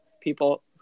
people